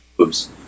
Oops